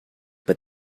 but